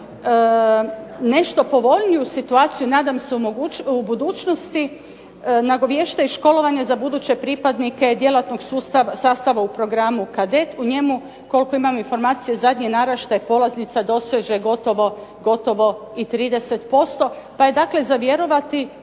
nešto povoljniju situaciju nadam se u budućnosti nagoviješta i školovanje za buduće pripadnike djelatnog sastava u programu kadet. U njemu, koliko imam informacije, zadnji naraštaj polaznica doseže gotovo i 30% pa je dakle za vjerovati